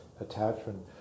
attachment